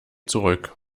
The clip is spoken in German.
zurück